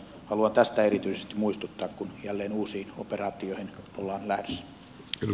haluan tästä erityisesti muistuttaa kun jälleen uusiin operaatioihin ollaan lähdössä